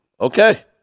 okay